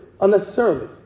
unnecessarily